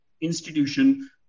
institution